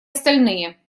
остальные